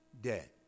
dead